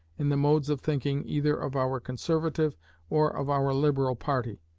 in the modes of thinking either of our conservative or of our liberal party,